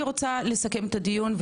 אני רוצה לסכם את הדיון.